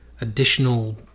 additional